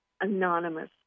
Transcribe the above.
anonymous